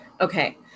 okay